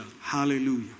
Hallelujah